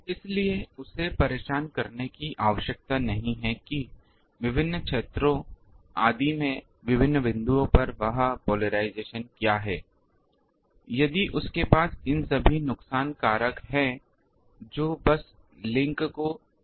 इसलिए उसे परेशान करने की आवश्यकता नहीं है कि विभिन्न क्षेत्रों आदि में विभिन्न बिंदुओं पर वह ध्रुवीकरण क्या है यदि उसके पास इन सभी नुकसान कारक हैं जो बस लिंक को स्थिर करते हैं